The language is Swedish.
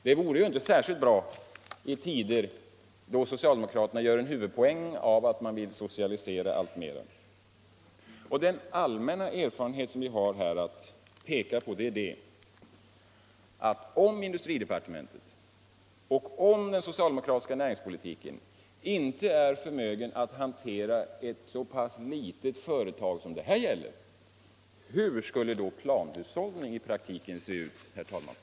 Det vore ju inte särskilt bra i tider då socialdemokraterna gör en huvudpoäng av att man vill socialisera alltmera. Och den allmänna erfarenhet som vi har att peka på är att om industridepartementet och den socialdemokratiska näringspolitiken inte är förmögna att hantera ett så pass litet företag som det här gäller, hur skulle då planhushållning i praktiken se ut, herr talman?